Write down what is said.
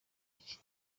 iki